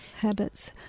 habits